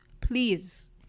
Please